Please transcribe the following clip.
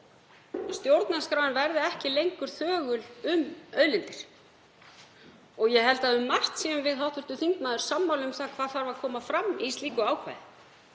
stjórnarskráin verði ekki lengur þögul um auðlindir og ég held að um margt séum við hv. þingmaður sammála um hvað þarf að koma fram í slíku ákvæði,